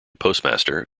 postmaster